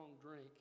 drink